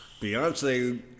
Beyonce